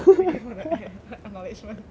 thank you for the acknowledgement